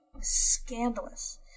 scandalous